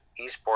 esports